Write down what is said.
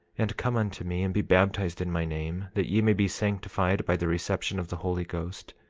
and come unto me and be baptized in my name, that ye may be sanctified by the reception of the holy ghost,